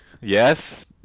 Yes